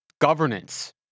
governance